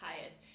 highest